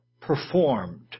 performed